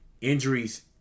injuries